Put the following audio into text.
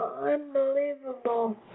Unbelievable